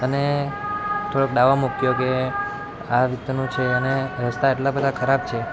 અને થોડોક દાવો મુક્યો કે આ રીતનું છે અને રસ્તા એટલાં બધાં ખરાબ છે